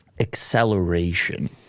acceleration